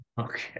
Okay